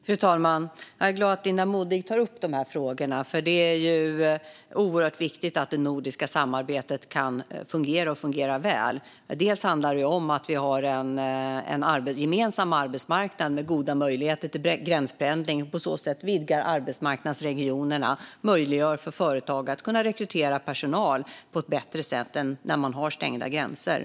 Fru talman! Jag är glad att Linda Modig tar upp de här frågorna, för det är oerhört viktigt att det nordiska samarbetet kan fungera och fungerar väl. Det handlar om att vi har en gemensam arbetsmarknad med goda möjligheter till gränspendling och på så sätt vidgar arbetsmarknadsregionerna och möjliggör för företag att rekrytera personal på ett bättre sätt än när man har stängda gränser.